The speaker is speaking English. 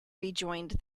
rejoined